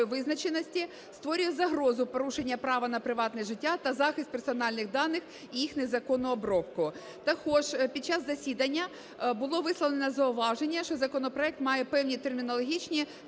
визначеності, створює загрозу порушення права на приватне життя та захист персональних даних, їх незаконну обробку. Також під час засідання було висловлене зауваження, що законопроект має певні термінологічні